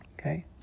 Okay